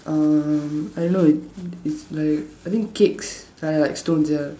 um I don't know is is like I think cakes uh like stones ya